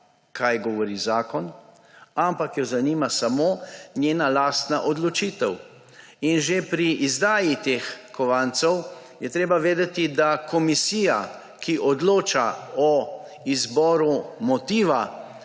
kaj govori zakon, ampak jo zanima samo njena lastna odločitev. Že pri izdaji teh kovancev je treba vedeti, da komisija, ki odloča o izboru motiva,